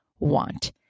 want